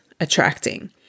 attracting